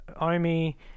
omi